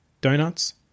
Donuts